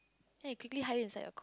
then you quickly hide it inside your